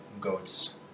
goat's